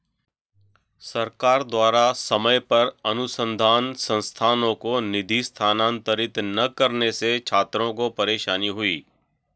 सरकार द्वारा समय पर अनुसन्धान संस्थानों को निधि स्थानांतरित न करने से छात्रों को परेशानी हुई